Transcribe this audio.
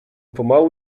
pomału